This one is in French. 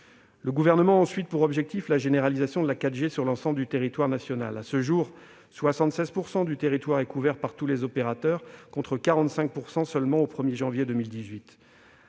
Le Gouvernement a ensuite pour objectif la généralisation de la 4G sur l'ensemble du territoire national. À ce jour, 76 % du territoire est couvert par tous les opérateurs, contre 45 % seulement au 1 janvier 2018.